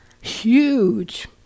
huge